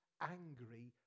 angry